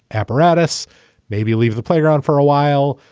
ah paratus maybe leave the playground for a while.